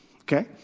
Okay